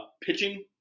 pitching